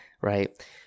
right